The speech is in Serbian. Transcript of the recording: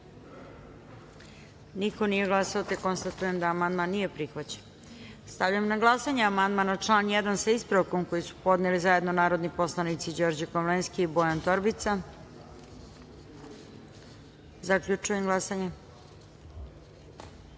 niko nije glasao. Konstatujem da amandman nije prihvaćen. Stavljam na glasanje amandman na član 1, sa ispravkom, koji su podneli zajedno narodni poslanici Đorđe Komlenski i Bojan Torbica. Zaključujem glasanje: